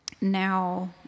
now